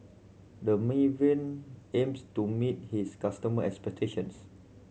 Dermaveen aims to meet his customer expectations